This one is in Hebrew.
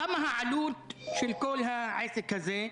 כמה העלות של כל העסק הזה?